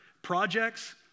projects